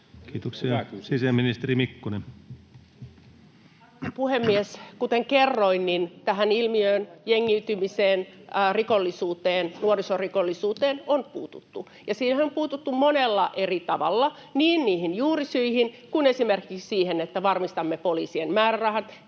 Kiitoksia. — Sisäministeri Mikkonen. Arvoisa puhemies! Kuten kerroin, tähän ilmiöön — jengiytymiseen, rikollisuuteen, nuorisorikollisuuteen — on puututtu, ja siihen on puututtu monella eri tavalla, niin niihin juurisyihin kuin esimerkiksi siihen, että varmistamme poliisien määrärahat,